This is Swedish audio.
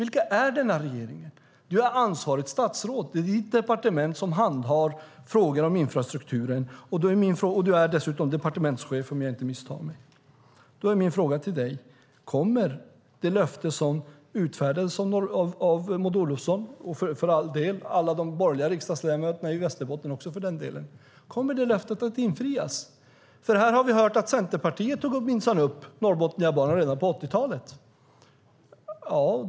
Vilka är denna regeringen? Du är ansvarigt statsråd. Det är ditt departement som handhar frågor om infrastrukturen. Du är dessutom departementschef, om jag inte misstar mig. Kommer det löfte som utfärdades av Maud Olofsson, och för all del av alla de borgerliga riksdagsledamöterna i Västerbotten, att infrias? Här har vi hört att Centerpartiet minsann tog upp frågan om Norrbotniabanan redan på 80-talet.